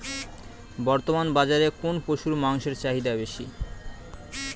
বর্তমান বাজারে কোন পশুর মাংসের চাহিদা বেশি?